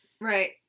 Right